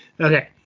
Okay